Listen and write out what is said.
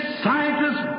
scientists